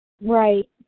Right